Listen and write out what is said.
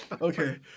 Okay